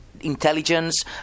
intelligence